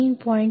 3